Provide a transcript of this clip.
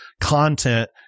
content